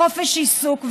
חופש עיסוק ועוד.